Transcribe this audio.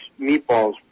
meatballs